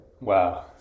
Wow